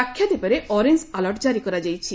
ଲାକ୍ଷାଦ୍ୱୀପରେ orange alert ଜାରି କରାଯାଇଛି